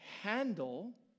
handle